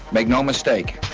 make no mistake.